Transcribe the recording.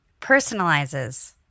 personalizes